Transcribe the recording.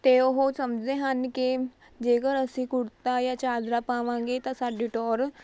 ਅਤੇ ਉਹ ਸਮਝਦੇ ਹਨ ਕਿ ਜੇਕਰ ਅਸੀਂ ਕੁੜਤਾ ਜਾਂ ਚਾਦਰਾ ਪਾਵਾਂਗੇ ਤਾਂ ਸਾਡੀ ਟੋਹਰ